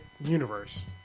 universe